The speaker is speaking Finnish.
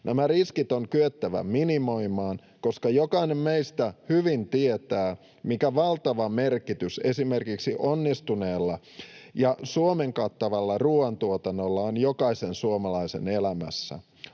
Nämä riskit on kyettävä minimoimaan, koska jokainen meistä hyvin tietää, mikä valtava merkitys esimerkiksi onnistuneella ja Suomen kattavalla ruuantuotannolla on jokaisen suomalaisen elämässä.